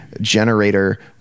generator